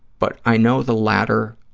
but i know the latter